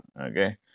Okay